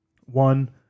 One